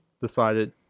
decided